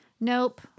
Nope